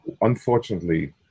unfortunately